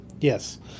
Yes